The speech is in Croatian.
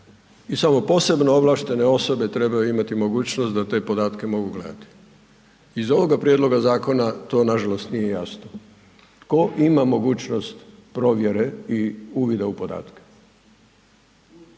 i samo posebno ovlaštene osobe trebaju imati mogućnost da te podatke mogu gledati. Iz ovoga prijedloga zakona to nažalost nije jasno, tko ima mogućnost provjere i uvide u podatke.